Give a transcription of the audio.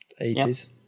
80s